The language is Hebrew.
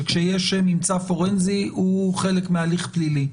שכשיש ממצא פורנזי הוא חלק מהליך פלילי.